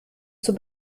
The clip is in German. zur